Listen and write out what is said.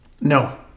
No